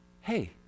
hey